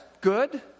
good